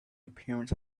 appearance